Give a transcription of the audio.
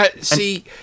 See